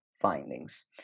findings